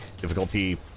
Difficulty